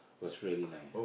was really nice